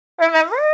Remember